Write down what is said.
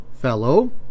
fellow